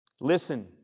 Listen